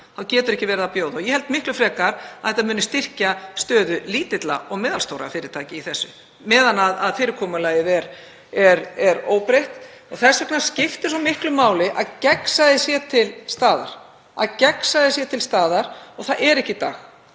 þá getur maður ekki boðið í hana. Ég held miklu frekar að þetta muni styrkja stöðu lítilla og meðalstórra fyrirtækja í þessu meðan fyrirkomulagið er óbreytt. Þess vegna skiptir svo miklu máli að gegnsæi sé til staðar og svo er ekki í dag.